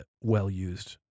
well-used